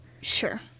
Sure